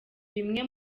bimwe